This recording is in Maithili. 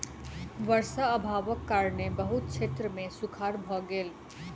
वर्षा अभावक कारणेँ बहुत क्षेत्र मे सूखाड़ भ गेल